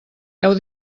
heu